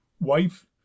wife